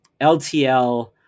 LTL